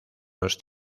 los